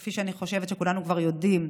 כפי שאני חושבת שכולנו כבר יודעים,